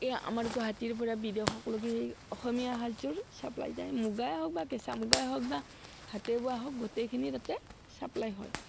এই আমাৰ গুৱাহাটীৰ পৰা বিদেশলৈকে এই অসমীয়া সাজযোৰ ছাপ্লাই যায় মুগা বা কেঁচা মুগা হওক বা হাতেবোৱা হওক গোটেইখিনি তাতে ছাপ্লাই হয়